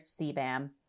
CBAM